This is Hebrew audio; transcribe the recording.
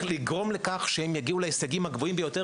לגרום לכך שהם יגיעו להישגים הגבוהים ביותר,